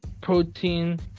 protein